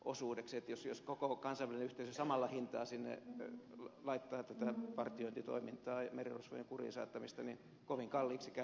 eli jos koko kansainvälinen yhteisö samalla hinnalla sinne laittaa tätä partiointitoimintaa ja merirosvojen kuriin saattamista niin kovin kalliiksi käyvät operaatiot